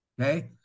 Okay